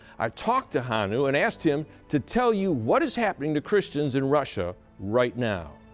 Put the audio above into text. i talked to hannu and asked him to tell you what is happening to christians in russia right now.